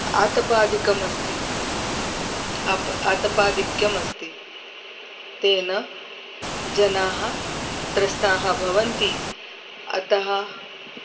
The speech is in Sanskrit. आतपः अधिकः अस्ति आप आतपाधिक्यमस्ति तेन जनाः त्रस्ताः भवन्ति अतः